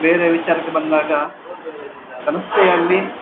ಬೇರೆ ವಿಚಾರಕ್ಕೆ ಬಂದಾಗ ಸಂಸ್ಥೆಯಲ್ಲಿ